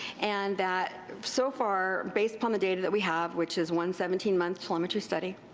and that so far based upon the data that we have, which is one seventeen month telemetry study,